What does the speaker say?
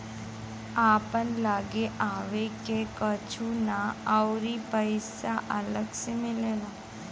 आपन लागे आवे के कुछु ना अउरी पइसा अलग से मिलेला